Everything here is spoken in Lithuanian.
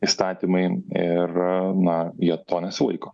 įstatymai ir na jie to nesilaiko